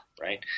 right